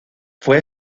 fue